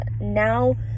Now